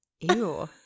Ew